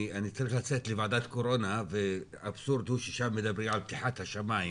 אני צריך לצאת לוועדת קורונה והאבסורד הוא ששם נדבר על פתיחת השמיים